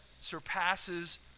surpasses